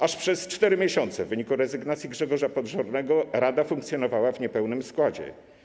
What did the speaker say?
Aż przez 4 miesiące w wyniku rezygnacji Grzegorza Podżornego rada funkcjonowała w niepełnym składzie.